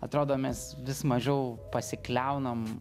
atrodo mes vis mažiau pasikliaunam